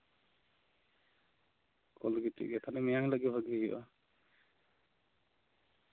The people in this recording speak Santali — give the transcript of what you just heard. ᱠᱚᱞ ᱫᱚ ᱴᱷᱤᱠ ᱜᱮ ᱛᱟᱦᱮᱸᱱᱟ ᱛᱟᱞᱦᱮ ᱢᱤᱭᱟᱝ ᱜᱮ ᱵᱷᱟᱜᱤ ᱦᱩᱭᱩᱜᱼᱟ